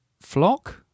flock